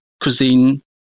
cuisine